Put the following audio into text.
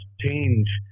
change